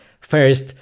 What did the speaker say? first